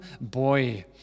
boy